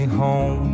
home